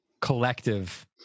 collective